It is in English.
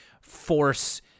force